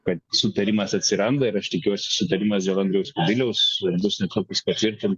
kad sutarimas atsiranda ir aš tikiuosi sutarimas dėl andriaus kubiliaus bus netrukus patvirtint